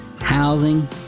housing